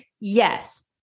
yes